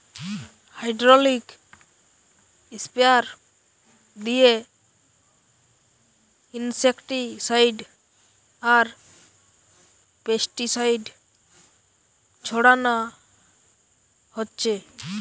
hydraulic sprayer দিয়ে insecticide আর pesticide ছোড়ানা হচ্ছে